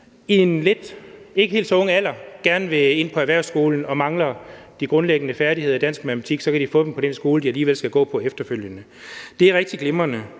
i en ikke helt så ung alder gerne vil ind på erhvervsskolen og mangler de grundlæggende færdigheder i dansk og matematik, så kan de få dem på den skole, de alligevel skal gå på efterfølgende. Det er rigtig glimrende.